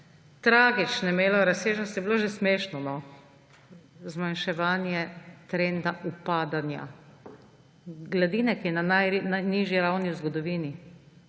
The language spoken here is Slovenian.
tragičnih razsežnosti, bi bilo že smešno. Zmanjševanje trenda upadanja gladine, ki je na najnižji ravni v zgodovini,